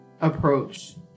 approach